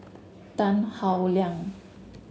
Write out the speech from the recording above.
Tan Howe Liang